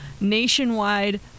nationwide